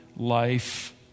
life